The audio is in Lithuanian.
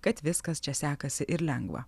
kad viskas čia sekasi ir lengva